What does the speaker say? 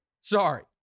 sorry